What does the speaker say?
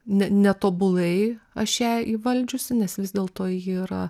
ne netobulai aš ją įvaldžiusi nes vis dėl to ji yra